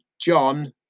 John